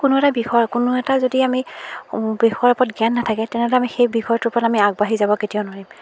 কোনো এটা বিষয়ৰ কোনো এটা যদি আমি বিষয়ৰ ওপৰত জ্ঞান নাথাকে তেনেহ'লে আমি সেই বিষয়টোৰ ওপৰত আমি আগবাঢ়ি যাব কেতিয়াও নোৱাৰিম